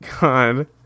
God